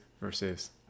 versus